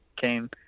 came